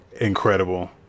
incredible